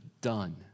done